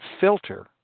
filter